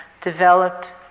developed